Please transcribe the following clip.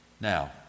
Now